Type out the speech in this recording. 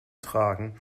tragen